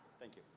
thank you.